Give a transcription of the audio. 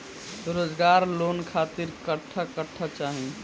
रोजगार लोन खातिर कट्ठा कट्ठा चाहीं?